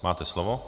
Máte slovo.